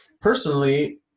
personally